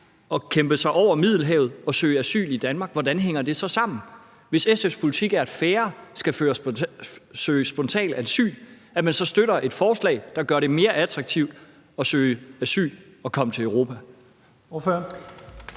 at kæmpe sig over Middelhavet og søge asyl i Danmark, vil jeg spørge: Hvordan hænger det sammen, hvis SF's politik er, at færre skal søge spontant asyl, at man så støtter et forslag, der gør det mere attraktivt at søge asyl og komme til Europa?